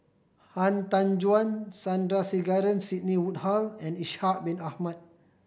Han Tan Juan Sandrasegaran Sidney Woodhull and Ishak Bin Ahmad